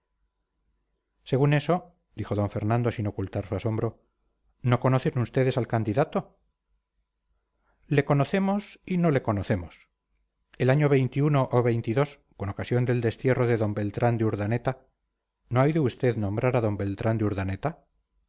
según eso dijo fernando sin ocultar su asombro no conocen ustedes al candidato le conocemos y no le conocemos el año ó con ocasión del destierro de d beltrán de urdaneta no ha oído usted nombrar a d beltrán de urdaneta